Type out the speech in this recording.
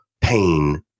pain